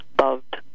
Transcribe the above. loved